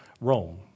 Rome